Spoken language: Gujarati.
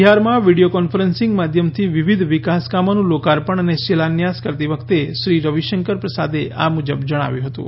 બિહારમાં વીડિયો કોન્ફરન્સિંગ માધ્યમથી વિવિધ વિકાસકામોનું લોકાર્પણ અને શિલાયન્સ કરતી વખતે શ્રી રવિશંકર પ્રસાદે આ મુજબ જણાવ્યું હતું